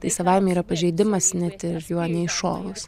tai savaime yra pažeidimas net juo neiššovus